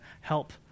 help